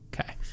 Okay